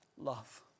love